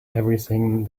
everything